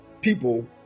people